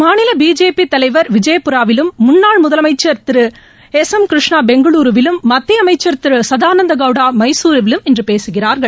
மாநில பிஜேபி தலைவர் விஜயபுராவிலும் முன்னாள் முதலமைச்சா் திரு எஸ் எம் கிருஷ்ணா பெங்களூருவிலும் மத்திய அமைச்ச் திரு சதானந்த கவுடா எமசூருவிலும் இன்று பேசுகிறார்கள்